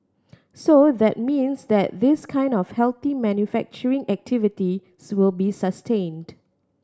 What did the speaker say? so that means that this kind of healthy manufacturing activity will be sustained